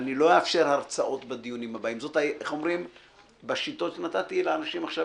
אני לא אאפשר הרצאות בדיונים הבאים בשיטות שנתתי לאנשים עכשיו